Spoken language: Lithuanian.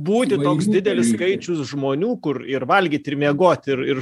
būti toks didelis skaičius žmonių kur ir valgyt ir miegot ir ir